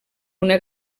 una